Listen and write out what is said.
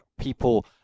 People